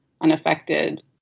unaffected